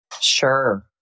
Sure